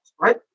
right